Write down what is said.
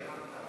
בחִ'יר.